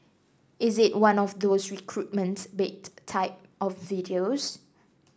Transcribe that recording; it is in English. is it one of those recruitment bait type of videos